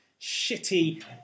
shitty